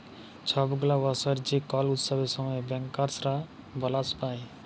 ছব গুলা বসর যে কল উৎসবের সময় ব্যাংকার্সরা বলাস পায়